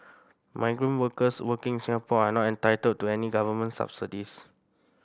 migrant workers working in Singapore are not entitled to any Government subsidies